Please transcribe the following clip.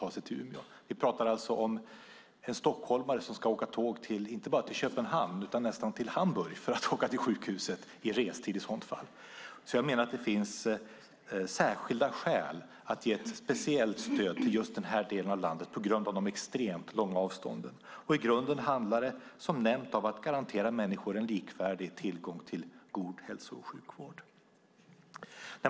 I restid pratar vi alltså om en stockholmare som ska åka tåg inte bara till Köpenhamn, utan nästan till Hamburg för att komma till sjukhuset. Det finns särskilda skäl att ge speciellt stöd till den här delen av landet på grund av de extremt långa avstånden. I grunden handlar det om att garantera människor en likvärdig tillgång till god hälso och sjukvård.